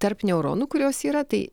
tarp neuronų kurios yra tai